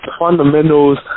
fundamentals